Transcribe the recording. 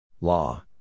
Law